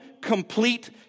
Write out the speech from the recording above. complete